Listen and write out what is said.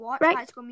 right